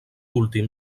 últim